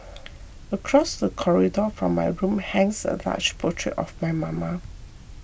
across the corridor from my room hangs a large portrait of my mama